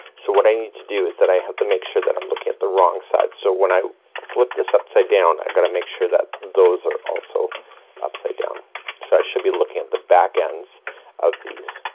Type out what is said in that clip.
so what i need to do, is that i have to make sure that i'm looking at the wrong side. so when i flip this upside down, i've gotta make sure that those are also upside down. so i should be looking at the back ends of these.